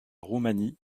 roumanie